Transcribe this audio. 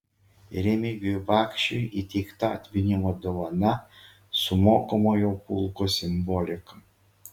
remigijui bakšiui įteikta atminimo dovana su mokomojo pulko simbolika